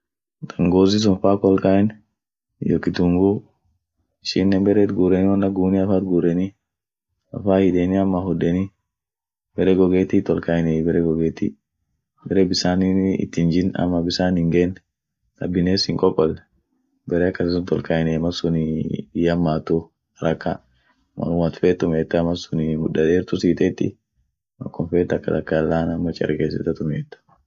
tangawizi sun faa akk ollkayeteen hiyo kitunguu, baree gogetii ama kodaa gogess kass ketee olkayetaa baree jituu hiitein.